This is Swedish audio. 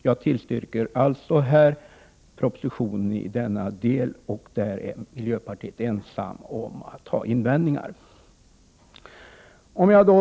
Jag tillstyrker propositionen även i denna del, och miljöpartiet är ensamt om att ha invändningar på den punkten.